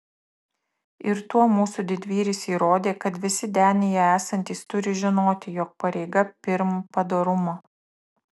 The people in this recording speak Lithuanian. ir tuo mūsų didvyris įrodė kad visi denyje esantys turi žinoti jog pareiga pirm padorumo